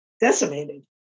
decimated